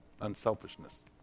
Unselfishness